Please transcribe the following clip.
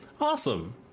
awesome